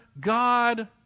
God